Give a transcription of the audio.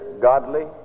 godly